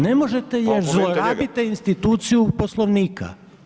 Ne možete jer zlorabite instituciju Poslovnika.